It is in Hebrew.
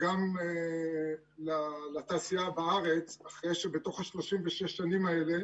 גם לתעשייה בארץ אחרי שבתוך ה-36 השנים האלה